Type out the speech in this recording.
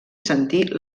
sentir